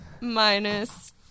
minus